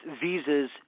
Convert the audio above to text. visas